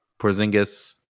Porzingis